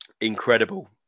incredible